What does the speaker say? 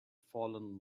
fallen